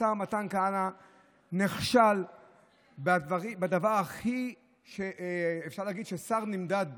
השר מתן כהנא נכשל בדבר שאפשר להגיד ששר הכי נמדד בו,